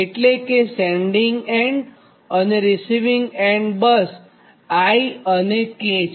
એટલે કેસેન્ડીંગ એન્ડ અને રીસિવીંગ એન્ડ બસ i અને k છે